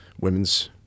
women's